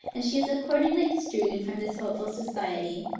and she is accordingly extruded from this hopeful society.